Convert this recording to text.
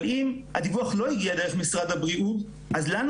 אבל אם הדיווח לא הגיע דרך משרד הבריאות אז לנו